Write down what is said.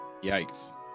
Yikes